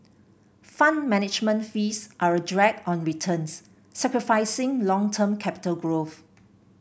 Fund Management fees are a drag on returns sacrificing long term capital growth